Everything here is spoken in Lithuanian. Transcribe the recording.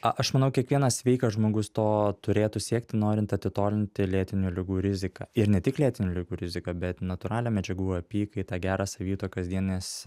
aš manau kiekvienas sveikas žmogus to turėtų siekti norint atitolinti lėtinių ligų riziką ir ne tik lėtinių ligų riziką bet natūralią medžiagų apykaitą gerą savijautą kasdien nes